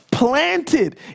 Planted